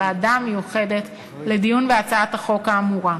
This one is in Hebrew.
לוועדה המיוחדת לדיון בהצעת החוק האמורה.